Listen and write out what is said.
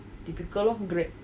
typical lor Grab